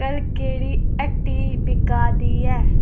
कल केह्ड़ी हट्टी बिकै दी ऐ